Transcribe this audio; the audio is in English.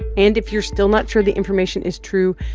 and if you're still not sure the information is true,